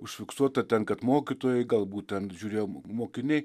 užfiksuota ten kad mokytojai galbūt ten žiūrėjo mokiniai